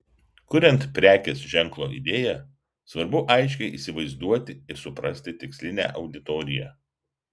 kuriant prekės ženklo idėją svarbu aiškiai įsivaizduoti ir suprasti tikslinę auditoriją